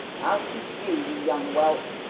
i'll teach you, you young whelp!